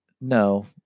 no